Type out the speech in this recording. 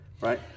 right